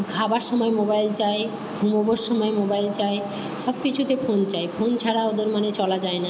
খাবার সময় মোবাইল চাই ঘুমোবার সময় মোবাইল চাই সব কিছুতে ফোন চাই ফোন ছাড়া ওদের মানে চলা যায় না